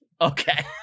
Okay